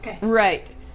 Right